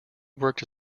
worked